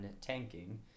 tanking